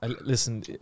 Listen